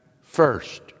first